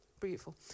Beautiful